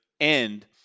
end